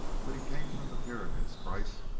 but he came from the pyramid, kreiss,